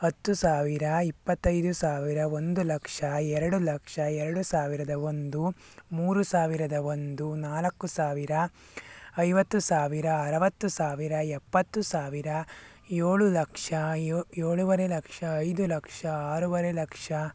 ಹತ್ತು ಸಾವಿರ ಇಪ್ಪತ್ತೈದು ಸಾವಿರ ಒಂದು ಲಕ್ಷ ಎರಡು ಲಕ್ಷ ಎರಡು ಸಾವಿರದ ಒಂದು ಮೂರು ಸಾವಿರದ ಒಂದು ನಾಲ್ಕು ಸಾವಿರ ಐವತ್ತು ಸಾವಿರ ಅರುವತ್ತು ಸಾವಿರ ಎಪ್ಪತ್ತು ಸಾವಿರ ಏಳು ಲಕ್ಷ ಯೋ ಏಳೂವರೆ ಲಕ್ಷ ಐದು ಲಕ್ಷ ಆರೂವರೆ ಲಕ್ಷ